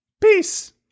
peace